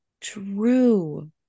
True